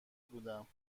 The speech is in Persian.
بودم